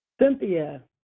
Cynthia